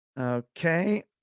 Okay